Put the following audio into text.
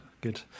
Good